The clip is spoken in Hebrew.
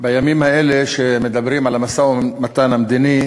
בימים האלה, כשמדברים על המשא-ומתן המדיני